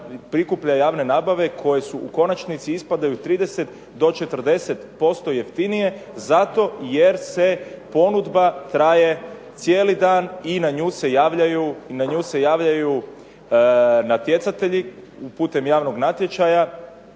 prikuplja javne nabave koje su u konačnici ispadaju 30 do 40% jeftinije zato jer se ponudba traje cijeli dan i na nju se javljaju natjecatelji putem javnog natječaja